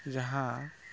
ᱡᱟᱦᱟᱸ